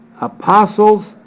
apostles